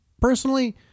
personally